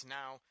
now